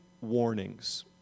warnings